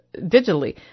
digitally